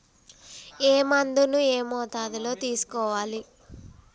ఏ మందును ఏ మోతాదులో తీసుకోవాలి?